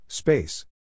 Space